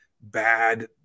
bad